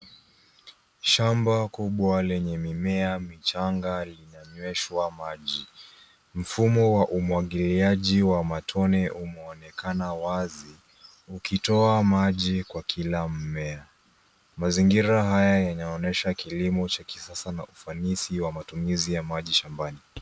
Shamba kubwa kubwa lenye mimea michanga linanyweshwa maji. Mfumo wa umwagiliaji wa matone umeonekana wazi ukitoa maji kwa kila mmea. Mazingira haya inaonyesha kilimo cha kisasa na ufanisi wa matumizi ya maji shambani.